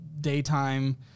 daytime